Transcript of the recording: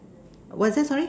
what's that sorry